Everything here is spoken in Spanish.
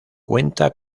cuenta